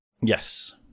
Yes